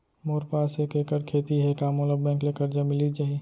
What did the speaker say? मोर पास एक एक्कड़ खेती हे का मोला बैंक ले करजा मिलिस जाही?